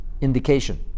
indication